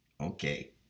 Okay